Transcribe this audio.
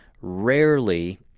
rarely